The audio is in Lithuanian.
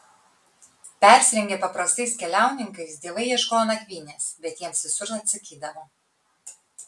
persirengę paprastais keliauninkais dievai ieškojo nakvynės bet jiems visur atsakydavo